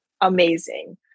Amazing